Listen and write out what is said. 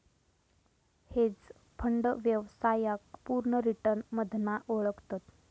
hedge fund व्यवसायाक पुर्ण return मधना ओळखतत